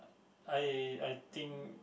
I I think